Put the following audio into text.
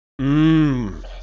Mmm